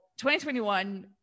2021